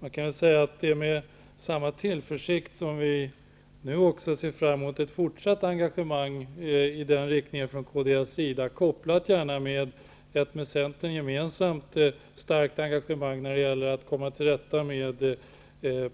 Det är med samma tillförsikt som vi ser fram mot ett fortsatt engagemang i den riktningen från Kds. Det får gärna vara kopplat med ett med Centern gemensamt starkt engagemang när det gäller att komma till rätta med